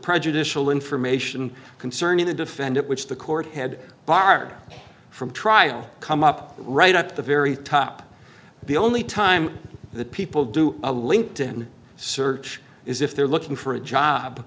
prejudicial information concerning the defendant which the court had barred from trial come up right at the very top the only time the people do a linked in search is if they're looking for a job